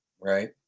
right